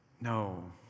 No